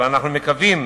אבל אנחנו מקווים